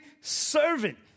servant